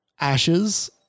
ashes